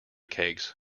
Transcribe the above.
cakes